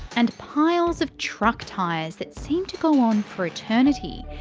and piles of truck tyres that seem to go on for eternity.